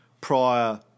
prior